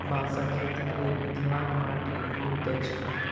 बाँसक खेतीक लेल मिथिलाक माटि उपयुक्त अछि